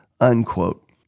Unquote